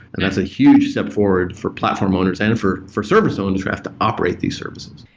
that's a huge step forward for platforms owners and for for service owners who have to operate these services.